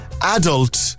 adult